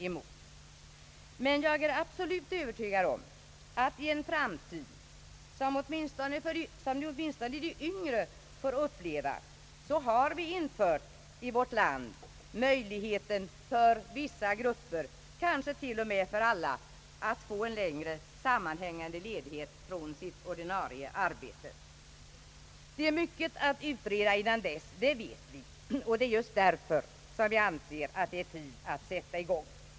Jag är dock absolut övertygad om att i en framtid, som åtminstone de yngre får uppleva, har vi infört i vårt land möjligheter för vissa grupper, kanske till och med för alla, att få en längre sammanhängande ledighet från sitt ordinarie arbete. Det är mycket att utreda innan dess, det vet vi, och det är just därför vi anser att det är tid att sätta i gång.